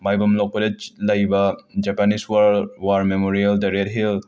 ꯃꯥꯏꯕꯝ ꯂꯣꯛꯄꯂꯦꯆ ꯂꯩꯕ Japanese world war memorial ꯗ ꯔꯦꯠ ꯍꯤꯜ